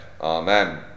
Amen